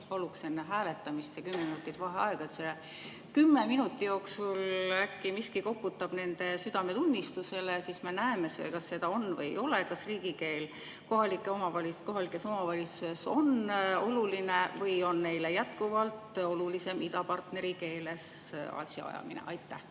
paluksin enne hääletamist kümme minutit vaheaega, et äkki selle kümne minuti jooksul miski koputab nende südametunnistusele. Siis me näeme, kas seda on või ei ole, kas riigikeel kohalike omavalitsuste [volikogudes] on oluline või on neile jätkuvalt olulisem idapartneri keeles asjaajamine. Aitäh!